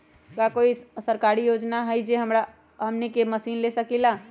का कोई अइसन सरकारी योजना है जै से हमनी कोई मशीन ले सकीं ला?